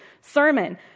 sermon